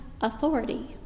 authority